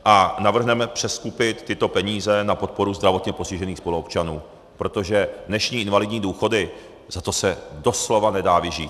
A navrhneme přeskupit tyto peníze na podporu zdravotně postižených spoluobčanů, protože dnešní invalidní důchody, za to se doslova nedá vyžít.